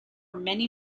many